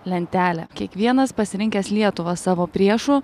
lentelė kiekvienas pasirinkęs lietuvą savo priešu